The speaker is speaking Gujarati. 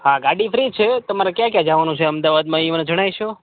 હા ગાડી ફ્રી છે તમારે ક્યાં ક્યાં જવાનું છે અમદાવાદમાં એ મને જણાવશો